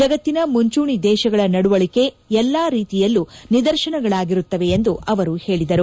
ಜಗತ್ತಿನ ಮುಂಚೂಣಿ ದೇಶಗಳ ನಡವಳಿಕೆ ಎಲ್ಲಾ ರೀತಿಯಲ್ಲೂ ನಿದರ್ಶನಗಳಾಗಿರುತ್ತವೆ ಎಂದು ಅವರು ಹೇಳಿದರು